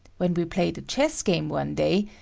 when we played a chess game one day,